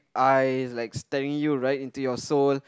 eyes like staring you right into your soul